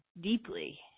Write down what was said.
deeply